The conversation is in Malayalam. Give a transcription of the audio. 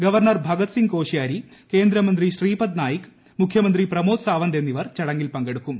ഗവർണർ ഭഗത് സിംഗ് കോഷിയാരി കേന്ദ്രമന്ത്രി ശ്രീപത് നായിക് മുഖ്യമന്ത്രി പ്രമോദ് സാവന്ത് എന്നിവർ ചടങ്ങിൽ പങ്കെടുക്കും